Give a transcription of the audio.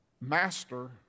Master